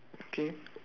okay